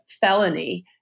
felony